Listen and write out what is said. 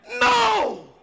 no